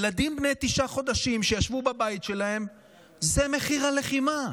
ילדים בני תשעה חודשים שישבו בבית שלהם הם מחיר הלחימה.